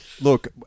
look